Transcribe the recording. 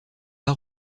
pas